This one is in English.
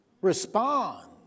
respond